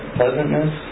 pleasantness